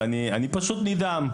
ואני פשוט נדהם.